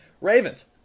Ravens